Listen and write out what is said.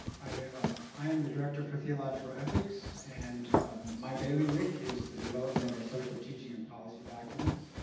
i i am the director for theological ethics, and my bailiwick is the development of our social teaching and policy documents.